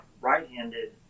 right-handed